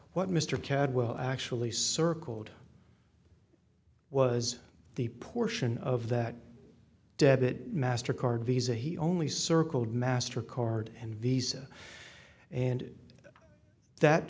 what mr cadwell actually circled was the portion of that debit master card visa he only circled master card and visa and that